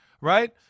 right